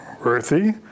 earthy